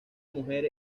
mujer